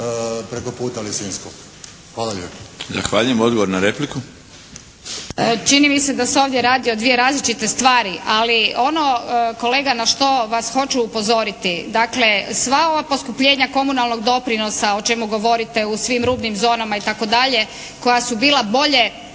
preko puta Lisinskog. Hvala lijepo.